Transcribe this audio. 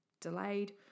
delayed